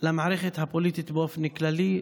למערכת הפוליטית באופן כללי,